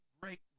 great